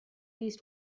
least